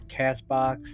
Castbox